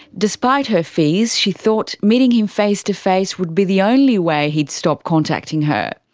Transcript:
despite her fears, she thought meeting him face-to-face would be the only way he'd stop contacting her.